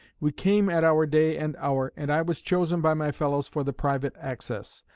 we came at our day and hour, and i was chosen by my fellows for the private access.